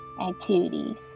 activities